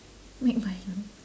make milo